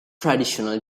traditional